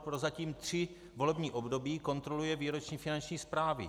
Prozatím tři volební období kontroluje výroční finanční zprávy.